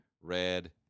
Red